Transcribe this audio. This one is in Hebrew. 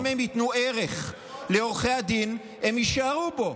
אם הם ייתנו ערך לעורכי הדין, הם יישארו בו.